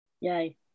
Yay